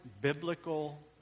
biblical